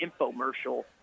infomercial